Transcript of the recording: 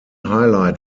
highlight